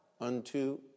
unto